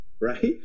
right